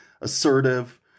assertive